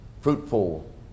fruitful